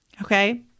Okay